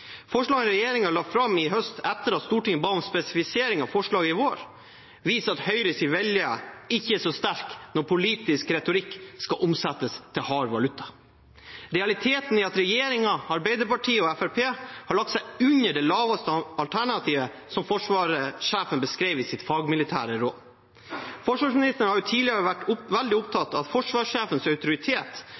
la fram i høst etter at Stortinget ba om en spesifisering av forslaget i vår, viser at Høyres vilje ikke er så sterk når politisk retorikk skal omsettes til hard valuta. Realiteten er at regjeringen, Arbeiderpartiet og Fremskrittspartiet har lagt seg under det laveste alternativet som forsvarssjefen beskrev i sitt fagmilitære råd. Forsvarsministeren har tidligere vært veldig opptatt av forsvarssjefens autoritet og mente at det å bruke Forsvarssjefens